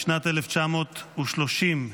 בשנת 1930,